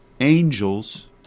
angels